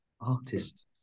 artist